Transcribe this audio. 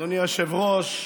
אדוני היושב-ראש,